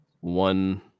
one